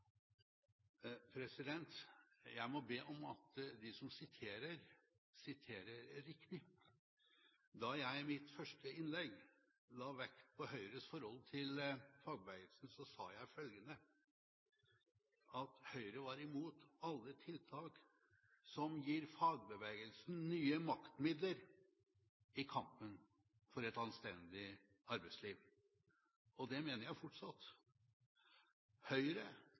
Jeg må be om at de som siterer, siterer riktig. Da jeg i mitt første innlegg la vekt på Høyres forhold til fagbevegelsen, sa jeg at Høyre er «imot alle tiltak som gir fagbevegelsen nye maktmidler i kampen for et anstendig arbeidsliv». Det mener jeg fortsatt. Høyre